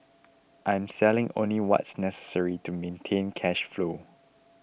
I'm selling only what's necessary to maintain cash flow